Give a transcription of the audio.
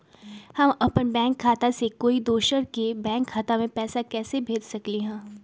हम अपन बैंक खाता से कोई दोसर के बैंक खाता में पैसा कैसे भेज सकली ह?